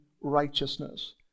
righteousness